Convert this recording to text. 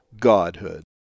godhood